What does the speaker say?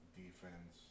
defense